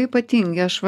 ypatingi aš va